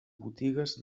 botigues